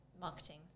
marketing